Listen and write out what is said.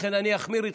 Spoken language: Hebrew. לכן אני אחמיר איתכם.